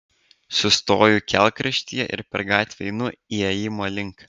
sustoju kelkraštyje ir per gatvę einu įėjimo link